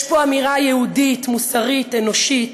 יש פה אמירה יהודית, מוסרית, אנושית.